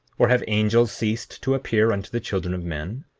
or have angels ceased to appear unto the children of men?